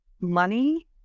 money